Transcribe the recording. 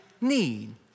need